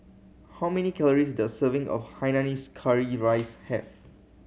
how many calories does a serving of hainanese curry rice have